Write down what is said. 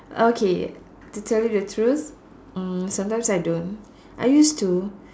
okay to tell you the truth (mm)g sometimes I don't I used to